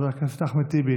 חבר הכנסת אחמד טיבי,